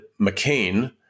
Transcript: McCain